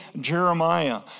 Jeremiah